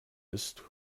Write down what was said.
ist